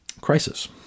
Crisis